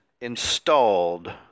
installed